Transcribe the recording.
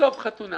שבסוף חתונה